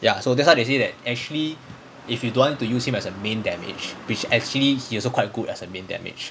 ya so that's why they say that actually if you don't want to use him as a main damage which actually he also quite good as a main damage